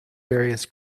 various